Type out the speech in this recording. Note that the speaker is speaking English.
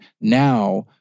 now